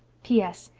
p s.